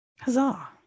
Huzzah